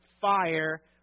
fire